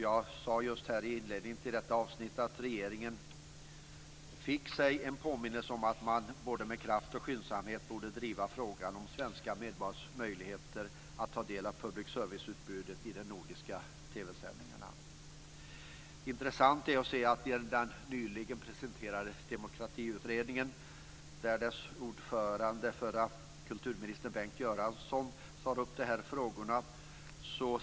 Jag sade just i inledningen till detta avsnitt att regeringen fick sig en påminnelse om att man med både kraft och skyndsamhet borde driva frågan om svenska medborgares möjligheter att ta del av public serviceutbudet i de nordiska TV-sändningarna. Det är intressant att se att i den nyligen presenterade demokratiutredningen tar ordföranden Bengt Göransson, förre kulturministern, upp frågorna.